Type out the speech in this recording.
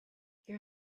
your